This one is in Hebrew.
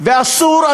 אסור,